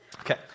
Okay